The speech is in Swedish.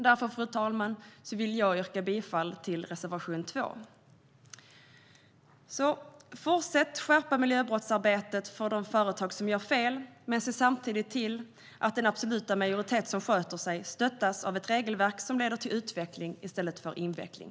Därför, fru talman, yrkar jag bifall till reservation 2. Fortsätt att skärpa miljöbrottsarbetet för de företag som gör fel, men se samtidigt till att den absoluta majoritet som sköter sig stöttas av ett regelverk som leder till utveckling i stället för inveckling!